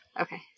Okay